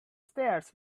stairs